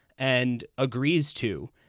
and agrees to.